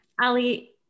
ali